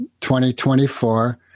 2024